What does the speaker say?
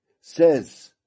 says